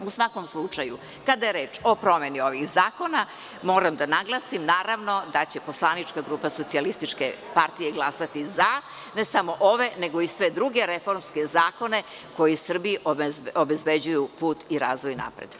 U svakom slučaju, kada je reč o promeni ovih zakona, moram da naglasim naravno da će poslanička grupa Socijalističke partije glasati za, ne samo ove nego i sve druge reformske zakone koji Srbiji obezbeđuju put i razvoj napretka.